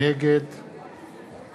נגד